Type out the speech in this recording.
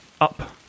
up